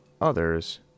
others